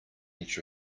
edge